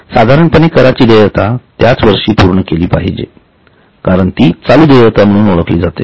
साधारणपणे कराची देयता त्याच वर्षी पूर्ण केली पाहिजे कारण ती चालू देयता म्हणून ओळखली जाते